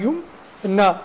you know